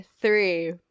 Three